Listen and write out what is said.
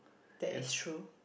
that is true